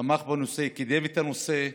תמך בנושא,